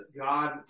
God